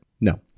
No